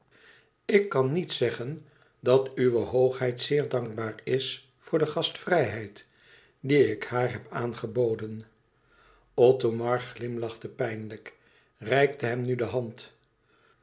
ik kan niet zeggen dat uwe hoogheid zeer dankbaar is voor de gastvrijheid die ik haar heb aangeboden e ids aargang thomar glimlachte pijnlijk reikte hem nu de hand